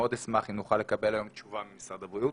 מאוד אשמח אם נוכל לקבל היום תשובה ממשרד הבריאות.